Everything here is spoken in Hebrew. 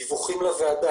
דבר נוסף, דיווחים לוועדה.